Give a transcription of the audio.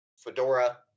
Fedora